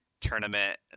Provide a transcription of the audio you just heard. tournament